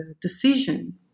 decision